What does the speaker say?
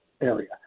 area